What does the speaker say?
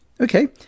Okay